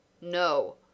No